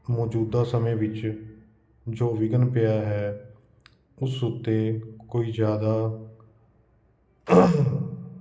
ਮੌਜੂਦਾ ਸਮੇਂ ਵਿੱਚ ਜੋ ਵਿਘਨ ਪਿਆ ਹੈ ਉਸ ਉੱਤੇ ਕੋਈ ਜ਼ਿਆਦਾ